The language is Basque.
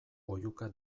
oihuka